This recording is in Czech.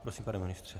Prosím, pane ministře.